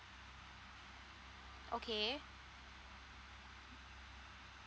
okay